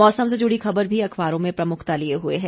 मौसम से जुड़ी खबर भी अखबारों में प्रमुखता लिए हुए है